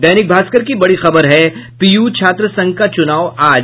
दैनिक भास्कर की बड़ी खबर है पीयू छात्र संघ का चुनाव आज